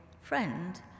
friend